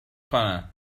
کنم